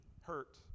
hurt